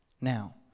Now